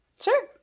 sure